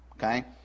okay